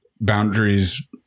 boundaries